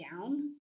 down